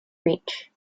reach